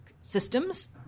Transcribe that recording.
systems